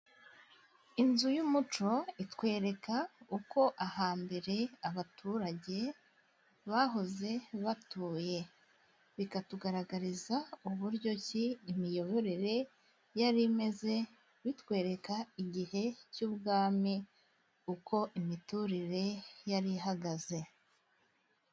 Inzu y'umuco itwereka uko hambere abaturage bahoze batuye. Bikatugaragariza uburyo imiyoborere yari imeze, bitwereka igihe cy'ubwami uko imiturire yari ihagaze.